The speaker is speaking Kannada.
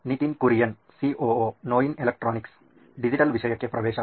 ನಿತಿನ್ ಕುರಿಯನ್ ಸಿಒಒ ನೋಯಿನ್ ಎಲೆಕ್ಟ್ರಾನಿಕ್ಸ್ ಡಿಜಿಟಲ್ ವಿಷಯಕ್ಕೆ ಪ್ರವೇಶ